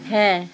হ্যাঁ